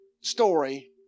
story